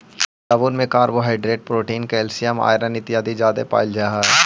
जामुन में carbohydrate protein calcium iron इत्यादि जादे पायल जा हई